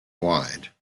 wide